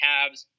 Cavs